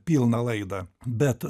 pilną laidą bet